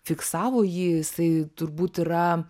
fiksavo jį jisai turbūt yra